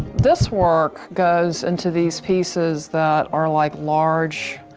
this work goes into these pieces that are like large,